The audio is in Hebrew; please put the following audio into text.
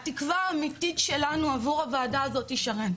התקווה האמיתית שלנו עבור הוועדה הזאת, שרן,